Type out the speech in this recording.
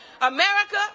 America